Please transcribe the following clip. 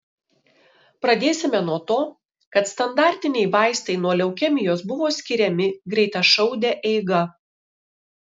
pradėsime nuo to kad standartiniai vaistai nuo leukemijos buvo skiriami greitašaude eiga